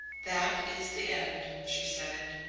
that is the end, she said.